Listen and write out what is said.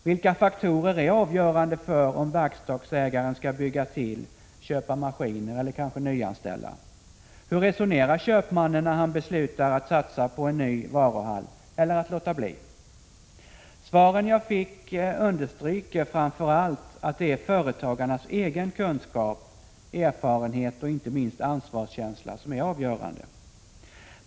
Vilka faktorer är avgörande för om verkstadsägaren skall bygga till, köpa maskiner eller kanske nyanställa? Hur resonerar köpmannen när han beslutar att satsa på en ny varuhall — eller att låta bli? Svaren jag fick understryker att det är företagarnas egen kunskap, erfarenhet och inte minst ansvarskänsla som är avgörande.